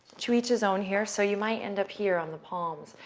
to each his own here. so you might end up here on the palms,